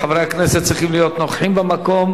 אבל חברי הכנסת צריכים להיות נוכחים במקום.